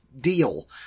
deal